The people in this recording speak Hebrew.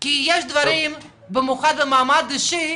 כי יש דברים במיוחד במעמד אישי,